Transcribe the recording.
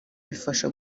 bifasha